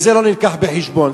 וזה לא מובא בחשבון.